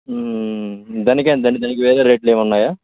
దానికి ఎంత అండి దానికి వేరే రేట్లు ఏమన్నా ఉన్నాయా